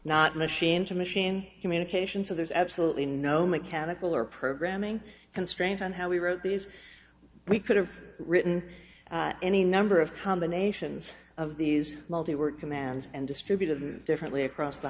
not machine to machine communications so there's absolutely no mechanical or programming constraints on how we wrote these we could've written any number of combinations of these multi were commands and distributed differently across the